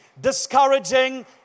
Discouraging